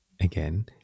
again